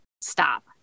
stop